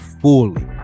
fully